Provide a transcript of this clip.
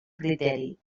criteri